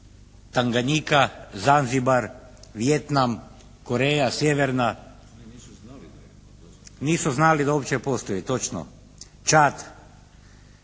Tanganjika, Zanzibar, Vijetnam, Koreja sjeverna. Nisu znali da uopće postoji točno, Čad